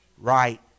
right